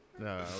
No